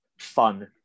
fun